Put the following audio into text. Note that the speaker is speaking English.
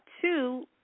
two